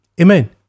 Amen